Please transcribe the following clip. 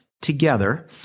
together